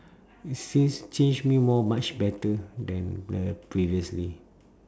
it says change me more much better than the previously